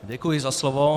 Děkuji za slovo.